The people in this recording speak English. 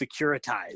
securitized